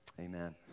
amen